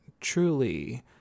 truly